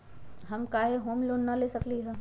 हम काहे home loan न ले सकली ह?